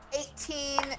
Eighteen